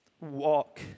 walk